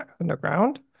underground